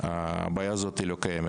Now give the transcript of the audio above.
הבעיה הזאת לא קיימת.